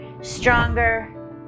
stronger